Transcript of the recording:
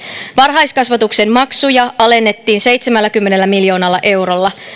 varhaiskasvatuksen maksuja alennettiin seitsemälläkymmenellä miljoonalla eurolla